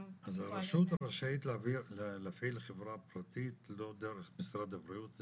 --- אז רשות רשאית להפעיל חברה פרטית לא דרך משרד הבריאות?